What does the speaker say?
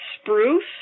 spruce